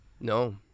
No